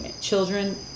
children